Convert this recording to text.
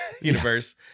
Universe